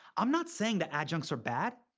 i'm not saying that adjuncts are bad.